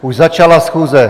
Už začala schůze.